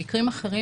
במקרים אחרים,